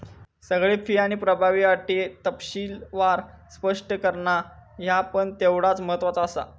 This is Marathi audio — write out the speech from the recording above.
सगळे फी आणि प्रभावी अटी तपशीलवार स्पष्ट करणा ह्या पण तेवढाच महत्त्वाचा आसा